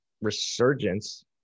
resurgence